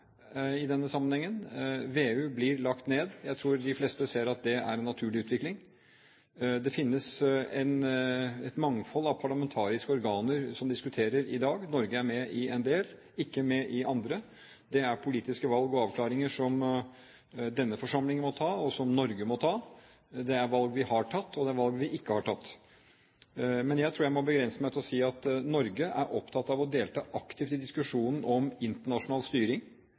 i denne sammenhengen. VEU blir lagt ned. Jeg tror de fleste ser at det er en naturlig utvikling. Det finnes et mangfold av parlamentariske organer som diskuterer i dag. Norge er med i en del og ikke med i andre. Det er politiske valg og avklaringer som denne forsamlingen må ta, og som Norge må ta. Det er valg vi har tatt, og det er valg vi ikke har tatt. Men jeg tror jeg må begrense meg til å si at Norge er opptatt av å delta aktivt i diskusjonen om internasjonal styring,